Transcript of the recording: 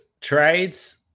trades